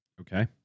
Okay